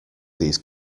these